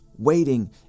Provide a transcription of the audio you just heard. Waiting